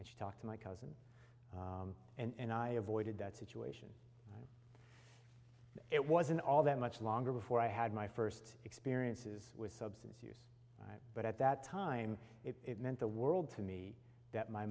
and she talked to my cousin and i avoided that situation it wasn't all that much longer before i had my first experiences with substance use but at that time it meant the world to me that my